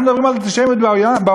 אנחנו מדברים על אנטישמיות בעולם,